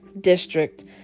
district